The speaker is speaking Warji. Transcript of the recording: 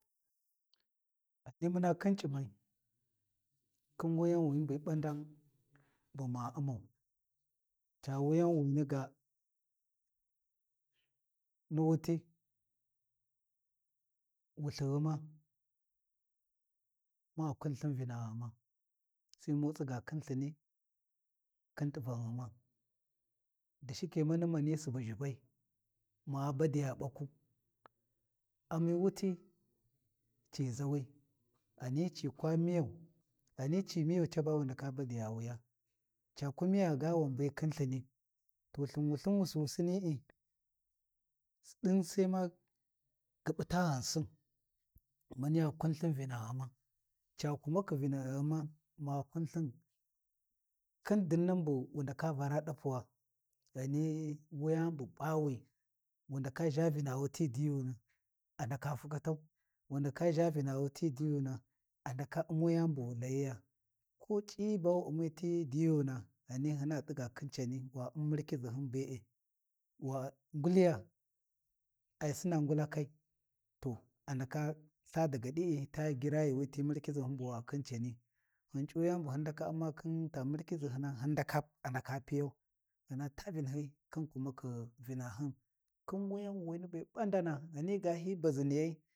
Ghani muna khin C’imai, khin wuyanwini be ɓandan bu ma U’mau, ca wuyanwini ga, ni wuti, wulthi ghuma, ma kun lthin Vina ghuma, sai mu tsiga khin lthini, khin t’ivan ghuma, dashike mani, mani Subu ʒhibai, ma badiya ɓakwu, ami wuti, ci ʒawi ghani ci kwa miyau, ghani ci miyau caba wu ndaka badiya wuya, caku miya ga wan be khin lthini, to lthin wulthin wusuwusini’i ɗin sai ma ghuɓuta ghansin maniya kun lthin Vina ghuma, ca kumakhi Vina ghuma ma kun lthin, khin dinnan bu wu ndaka Vara ɗapuwa, ghani wuya ni bu P’awi wu ndaka ʒha Vinawu ti diyuna, a ndaka fukhitau, wu ndaka ʒha Vinawu ti diyuna, a ndaka U’mu yani bu wu layiya, ko C’iyi ba wu U’miti diyuna ghani hina tsiga khin cani wa Um murkiʒi hin be’e, wa nguliya, ai Sina ngulakai. To a ndaka ltha daga di’i ta gira yuuwi ti murkiʒihyin bu wa khin cani. Hyin c’u yani bu hin ndaka U’ma khin ta murkiʒi-hina, hyin ndaka a ndaka piyau, hina taa Vinahi khin kumiyakhi Vinahun. Khin wuyanwani be ɓandana ghan ga hi baʒiniyai.